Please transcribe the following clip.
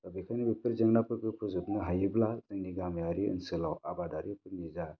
दा बेखायनो बेफोर जेंनाफोरखौ फोजोबनो हायोब्ला जोंनि गामियारि ओनसोलाव आबादारिफोरनि जा